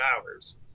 hours